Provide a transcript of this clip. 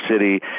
City